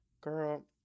Girl